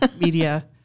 media